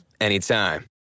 anytime